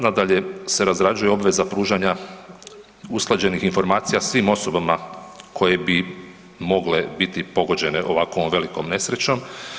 Nadalje se razrađuje obveza pružanja usklađenih informacija svim osobama koje bi mogle biti pogođene ovakvom velikom nesrećom.